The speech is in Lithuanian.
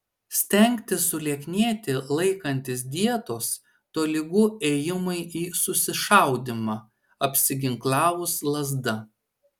stengtis sulieknėti laikantis dietos tolygu ėjimui į susišaudymą apsiginklavus lazda